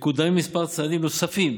מקודמים כמה צעדים נוספים